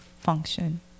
function